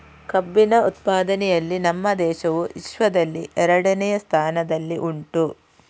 ಕಬ್ಬಿನ ಉತ್ಪಾದನೆಯಲ್ಲಿ ನಮ್ಮ ದೇಶವು ವಿಶ್ವದಲ್ಲಿ ಎರಡನೆಯ ಸ್ಥಾನದಲ್ಲಿ ಉಂಟು